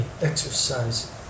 exercise